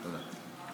תודה.